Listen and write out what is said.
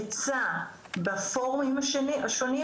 עצה בפורומים השונים,